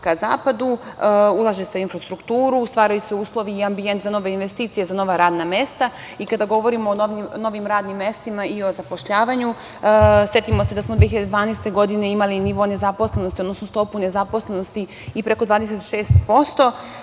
ka zapadu, ulaže se u infrastrukturu, stvaraju se uslovi i ambijent za nove investicije, za nova radna mesta. Kada govorimo o novim radnim mestima i o zapošljavanju, setimo se da smo 2012. godine imali nivo nezaposlenosti, odnosno stopu nezaposlenosti i preko 26%.